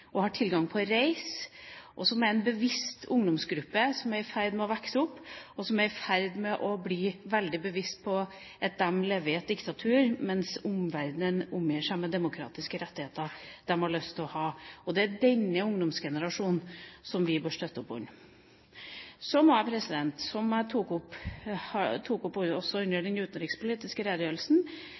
og reiser. Det er en bevisst ungdomsgruppe som vokser opp, som er i ferd med å bli veldig bevisst på at de lever i et diktatur mens omverdenen omgir seg med demokratiske rettigheter de har lyst til å ha. Det er denne ungdomsgenerasjonen vi bør støtte opp under. Så må jeg si, som jeg tok opp også i forbindelse med den utenrikspolitiske redegjørelsen,